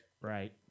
Right